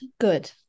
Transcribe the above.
good